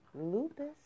Lupus